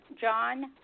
John